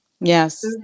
Yes